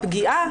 הפגיעה,